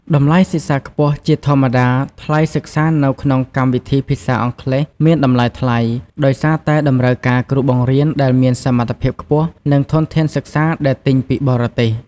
តម្លៃសិក្សាខ្ពស់ ជាធម្មតា ថ្លៃសិក្សានៅក្នុងកម្មវិធីភាសាអង់គ្លេសមានតម្លៃថ្លៃ ដោយសារតែតម្រូវការគ្រូបង្រៀនដែលមានសមត្ថភាពខ្ពស់ និងធនធានសិក្សាដែលទិញពីបរទេស។